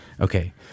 Okay